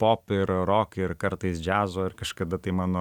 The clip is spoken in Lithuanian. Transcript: pop ir rock ir kartais džiazo ir kažkada tai mano